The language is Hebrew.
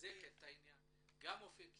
לחזק את העניין הזה, גם אופק ישראלי,